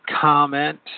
comment